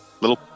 little